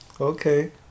Okay